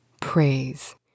praise